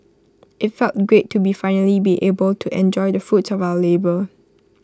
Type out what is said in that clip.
IT felt great to finally be able to enjoy the fruits of our labour